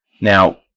Now